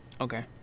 Okay